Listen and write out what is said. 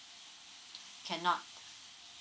cannot